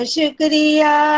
Shukriya